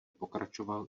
pokračoval